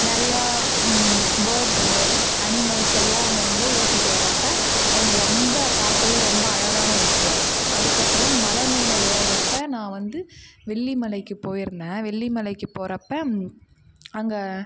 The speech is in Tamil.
நிறையா பேர்ட்ஸ்ஸு அனிமல்ஸ் எல்லாம் அவங்க வந்து ஓட்டிகிட்டு வரப்போ அது எனக்கு ரொம்ப பார்க்கவே ரொம்ப அழகான விஷயம் அதுக்கப்புறம் மலை மேலே ஏர்கிறப்ப நான் வந்து வெள்ளிமலைக்கு போயிருந்தேன் வெள்ளிமலைக்கு போகிறப்ப அங்கே